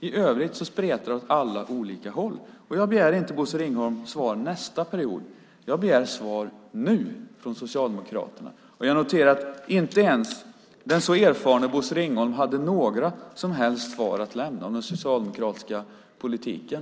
I övrigt spretar det åt alla olika håll. Jag begär inte att Bosse Ringholm svarar under nästa period, jag begär svar nu från Socialdemokraterna. Jag noterar att inte ens den så erfarne Bosse Ringholm hade några som helst svar att lämna om den socialdemokratiska politiken.